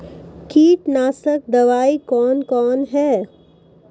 कीटनासक दवाई कौन कौन हैं?